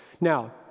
Now